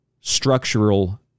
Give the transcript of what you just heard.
structural